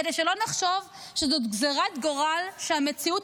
כדי שלא נחשוב שזאת גזרת גורל שהמציאות